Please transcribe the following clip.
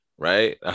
right